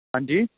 ਹਾਂਜੀ